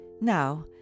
Now